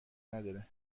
ندارد